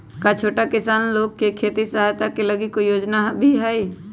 का छोटा किसान लोग के खेती सहायता के लगी कोई योजना भी हई?